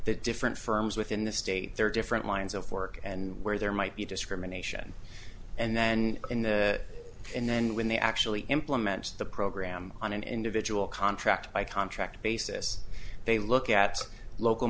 the different firms within the state there are different lines of work and where there might be discrimination and then in the and then when they actually implement the program on an individual contract by contract basis they look at local